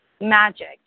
magic